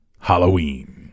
Halloween